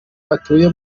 batuye